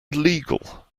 legal